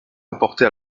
apportés